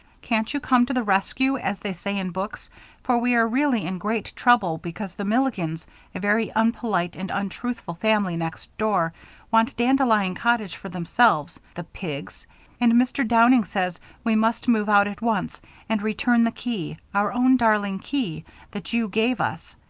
cant you come to the reskew as they say in books for we are really in great trouble because the milligans a very unpolite and untruthful family next door want dandelion cottage for themselves the pigs and mr. downing says we must move out at once and return the key our own darling key that you gave us.